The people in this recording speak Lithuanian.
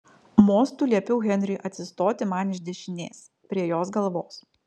mostu liepiau henriui atsistoti man iš dešinės prie jos galvos